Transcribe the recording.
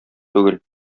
түгел